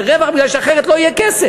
זה רווח מפני שאחרת לא יהיה כסף,